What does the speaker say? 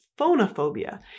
phonophobia